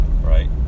right